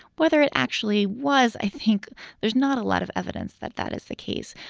whether it actually was. i think there's not a lot of evidence that that is the case.